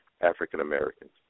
African-Americans